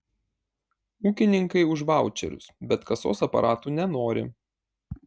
ūkininkai už vaučerius bet kasos aparatų nenori